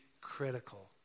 critical